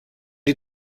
die